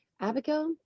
Abigail